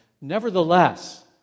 Nevertheless